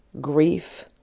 grief